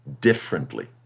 differently